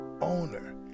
owner